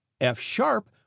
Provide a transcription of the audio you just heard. F-sharp